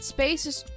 Spaces